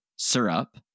syrup